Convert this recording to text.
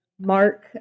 Mark